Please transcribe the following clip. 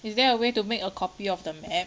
is there a way to make a copy of the map